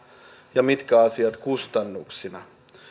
ja mitkä asiat kustannuksina